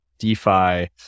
defi